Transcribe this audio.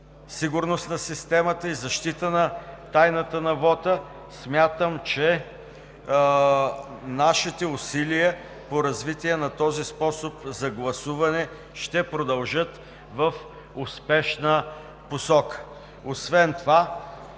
сигурност на системата и защита на тайната на вота, смятам, че нашите усилия по развитие на този способ за гласуване ще продължат в успешна посока. Освен това